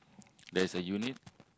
there's a unit